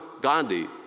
Gandhi